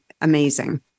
amazing